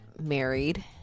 married